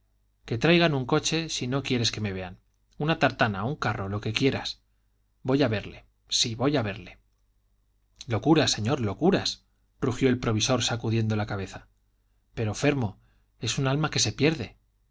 que traigan un coche si no quieres que me vean una tartana un carro lo que quieras voy a verle sí voy a verle locuras señor locuras rugió el provisor sacudiendo la cabeza pero fermo es un alma que se pierde